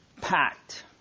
packed